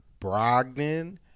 Brogdon